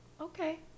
okay